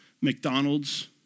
McDonald's